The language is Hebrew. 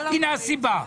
הנה הסיבה.